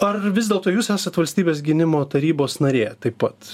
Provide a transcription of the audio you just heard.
ar vis dėlto jūs esat valstybės gynimo tarybos narė taip pat